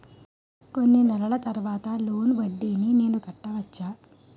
కొన్ని నెలల తర్వాత లోన్ వడ్డీని నేను కట్టవచ్చా?